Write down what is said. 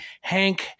Hank